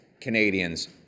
Canadians